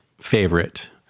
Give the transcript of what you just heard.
favorite